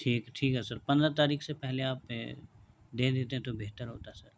ٹھیک ہے ٹھیک ہے سر پندرہ تاریخ سے پہلے آپ دے دیتے ہیں تو بہتر ہوتا سر